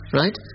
right